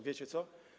Wiecie co?